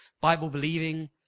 Bible-believing